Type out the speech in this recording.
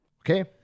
Okay